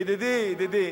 ידידי,